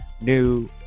new